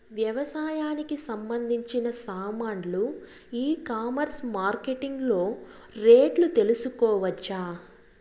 వ్యవసాయానికి సంబంధించిన సామాన్లు ఈ కామర్స్ మార్కెటింగ్ లో రేట్లు తెలుసుకోవచ్చా?